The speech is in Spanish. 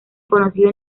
conocido